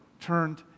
turned